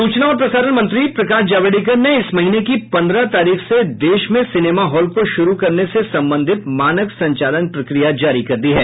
सूचना प्रसारण मंत्री प्रकाश जावड़ेकर ने इस महीने की पन्द्रह तारीख से देश में सिनेमा हॉल को शुरू करने से संबंधित मानक संचालन प्रकिया जारी कर दी है